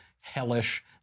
hellish